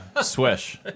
Swish